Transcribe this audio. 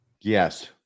Yes